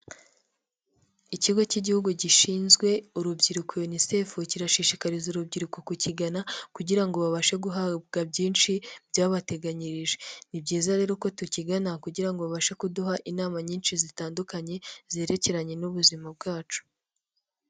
Ikigo cy'igihugu gishinzwe urubyiruko UNICEF kirashishikariza urubyiruko kukigana kugira ngo babashe guhabwa byinshi byabateganyirije. Ni byiza rero ko tukigana kugira ngo babashe kuduha inama nyinshi zitandukanye zerekeranye n'ubuzima bwacu.